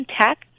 tech